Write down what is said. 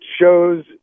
shows